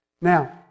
Now